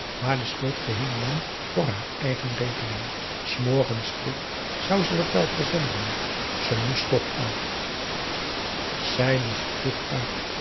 maar de schuld geheel nam voor haar eigen rekening s morgens vroeg zou ze dat wel verzenden ze moest toch uit p a daum hoe hij raad van indië werd onder ps maurits zij moest vroeg uit